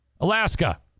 Alaska